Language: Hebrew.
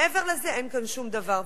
מעבר לזה אין כאן שום דבר.